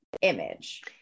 image